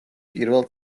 პირველ